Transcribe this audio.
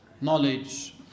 knowledge